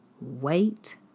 Wait